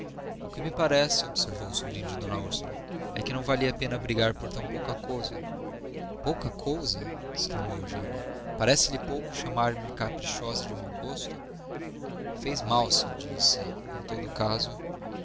o que me parece observou o sobrinho de d úrsula é que não valia a pena brigar por tão pouca coisa pouca coisa exclamou eugênia parece-lhe pouco chamar-me caprichosa e de mau gosto fez mal se o disse em todo o caso